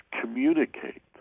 communicate